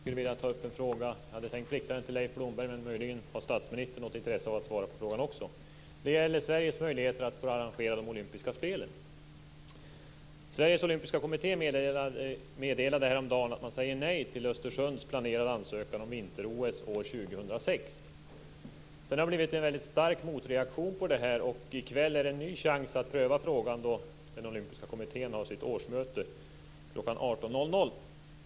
Fru talman! Jag hade tänkt rikta en fråga till Leif Blomberg, möjligen har även statsministern intresse av att svara på frågan. Det gäller Sveriges möjligheter att få arrangera de olympiska spelen. Sveriges olympiska kommitté meddelade häromdagen att man säger nej till Östersunds planerade ansökan om vinter-OS år 2006. Det har blivit en mycket stark motreaktion på detta, och i kväll finns en ny chans att pröva frågan då den olympiska kommittén har sitt årsmöte kl. 18.00.